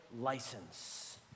License